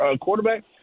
quarterback